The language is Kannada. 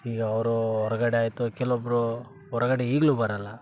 ಈಗ ಅವರು ಹೊರ್ಗಡೆ ಆಯಿತು ಕೆಲೊಬ್ಬರು ಹೊರಗಡೆ ಈಗಲೂ ಬರೋಲ್ಲ